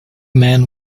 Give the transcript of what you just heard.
man